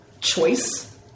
choice